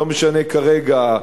לא משנה כרגע,